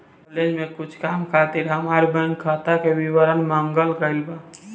college में कुछ काम खातिर हामार बैंक खाता के विवरण मांगल गइल बा